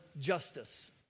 justice